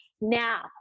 Now